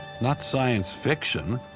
not science fiction.